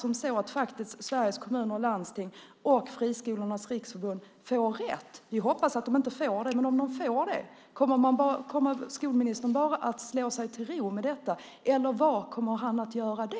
Om Sveriges Kommuner och Landsting och Friskolornas Riksförbund får rätt - vi hoppas att de inte får det men om de får det - kommer skolministern bara att slå sig till ro med detta eller vad kommer han att göra då?